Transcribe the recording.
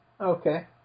Okay